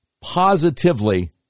positively